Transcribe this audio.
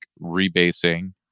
rebasing